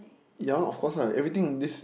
ya lar of course lah everything in this